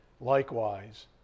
Likewise